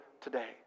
today